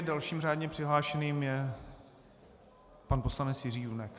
Dalším řádně přihlášeným je pan poslanec Jiří Junek.